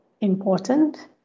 important